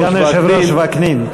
סגן היושב-ראש וקנין,